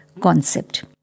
concept